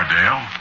Dale